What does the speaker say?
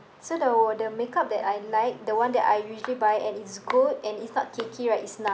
so the w~ the makeup that I like the one that I usually buy and it's good and it's not cakey right is nars